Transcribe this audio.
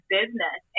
business